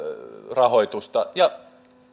rahoitusta ja